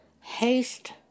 Haste